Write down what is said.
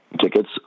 tickets